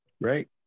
right